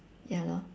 ya lor